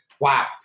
wow